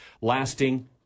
lasting